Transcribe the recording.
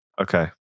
Okay